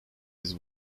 his